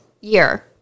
year